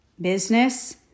business